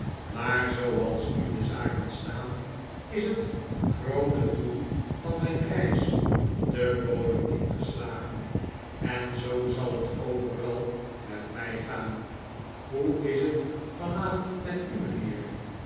maar zooals nu de zaken staan is het groote doel van mijn reis de bodem ingeslagen en zoo zal het overal met mij gaan hoe is het vanavond met u mijnheer